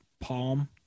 Palm